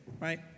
right